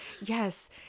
yes